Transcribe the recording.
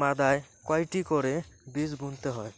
মাদায় কয়টি করে বীজ বুনতে হয়?